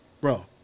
bro –